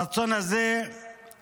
הרצון הזה ייכשל,